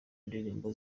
ndirimbo